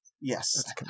Yes